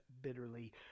bitterly